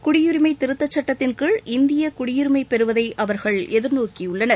குடியுரிமை திருத்தச்சட்டத்தின் கீழ் இந்திய குடியுரிமை பெறுவதை அவர்கள் எதிர்நோக்கியுள்ளனர்